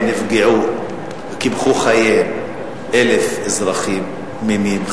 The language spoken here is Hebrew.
נפגעו וקיפחו חייהם 1,000 אזרחים תמימים,